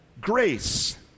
grace